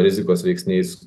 rizikos veiksniais